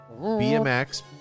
BMX